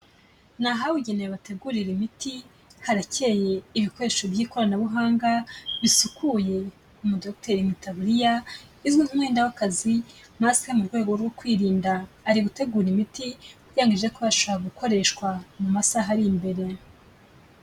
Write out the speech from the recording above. Ni ahabugenewe bategurira imiti, harakeye, ibikoresho by'ikoranabuhanga bisukuye, umudogoteri mu itaburiya izwi nk'umwenda w'akazi, masike mu rwego rwo kwirinda, ari gutegura imiti kugira ngo ize kubasha gukoreshwa mu masaha ari imbere.